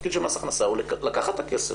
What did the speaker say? התפקיד של מס הכנסה הוא לקחת את הכסף.